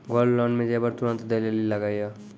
Gold loan मे जेबर तुरंत दै लेली लागेया?